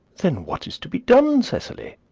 then what is to be done, cecily?